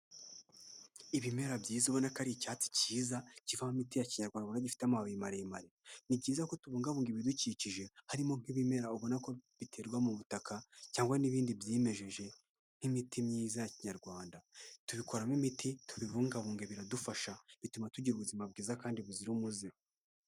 Ibimera byiza ubonaka ari icyatsi kiza kivamo imiti ya kinyarwanda gifite amababi maremare ni byiza ko tubungabunga ibidukikije harimo nk'ibimera ubona ko biterwa mu butaka cyangwa n'ibindi byimejeje nk'imiti myiza kinyarwanda, tubikoramo imiti tubibungabunga biradufasha bituma tugira ubuzima bwiza kandi buzira umuze.